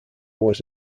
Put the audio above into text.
was